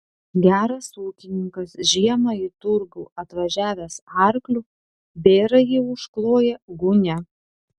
geras ūkininkas žiemą į turgų atvažiavęs arkliu bėrąjį užkloja gūnia